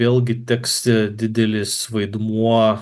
vėlgi teks didelis vaidmuo